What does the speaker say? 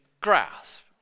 grasp